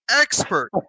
expert